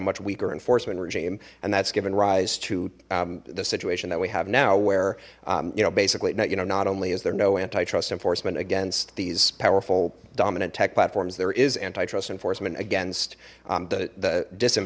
much weaker enforcement regime and that's given rise to the situation that we have now where you know basically not you know not only is there no antitrust enforcement against these powerful dominant tech platforms there is antitrust enforcement against the the dis